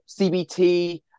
cbt